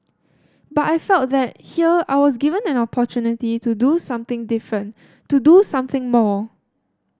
but I felt that here I was given an opportunity to do something different to do something more